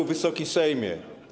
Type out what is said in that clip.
Wysoki Sejmie!